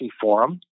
forum